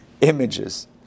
images